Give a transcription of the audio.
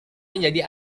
menjadi